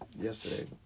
Yesterday